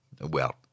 Well